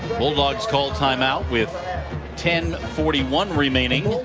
bulldogs call timeout with ten forty one remaining.